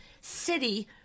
city